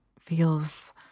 feels